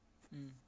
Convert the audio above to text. mm